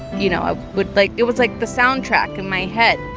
you know, i would, like it was, like, the soundtrack in my head,